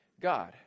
God